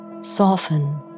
Soften